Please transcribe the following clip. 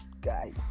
guy